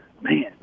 Man